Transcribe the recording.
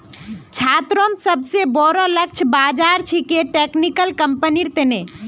छात्रोंत सोबसे बोरो लक्ष्य बाज़ार छिके टेक्निकल कंपनिर तने